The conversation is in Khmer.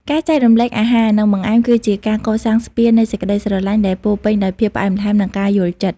ការចែករំលែកអាហារ និងបង្អែម គឺជាការកសាងស្ពាននៃសេចក្ដីស្រឡាញ់ដែលពោរពេញដោយភាពផ្អែមល្ហែម និងការយល់ចិត្ត។